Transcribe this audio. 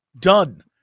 done